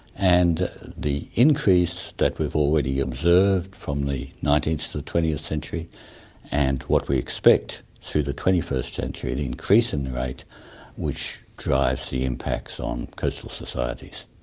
and the increase that we've already observed from the nineteenth to the twentieth century and what we expect through the twenty first century, an increase in the rate which drives the impacts on coastal societies.